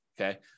okay